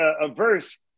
averse